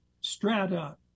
strata